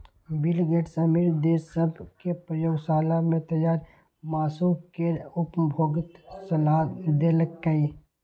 bill Gates अमीर देश सभ कें प्रयोगशाला मे तैयार मासु केर उपभोगक सलाह देलकैए